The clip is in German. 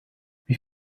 wie